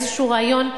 איזה רעיון,